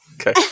Okay